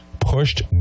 pushed